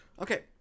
okay